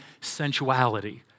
sensuality